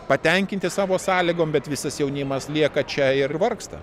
patenkinti savo sąlygom bet visas jaunimas lieka čia ir vargsta